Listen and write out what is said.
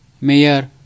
mayor